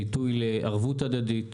ביטוי לערבות הדדית.